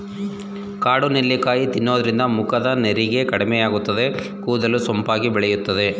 ಕಾಡು ನೆಲ್ಲಿಕಾಯಿ ತಿನ್ನೋದ್ರಿಂದ ಮುಖದ ನೆರಿಗೆ ಕಡಿಮೆಯಾಗುತ್ತದೆ, ಕೂದಲು ಸೊಂಪಾಗಿ ಬೆಳೆಯುತ್ತದೆ